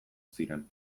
ziren